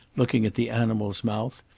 looking at the animal's mouth,